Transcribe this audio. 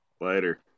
Later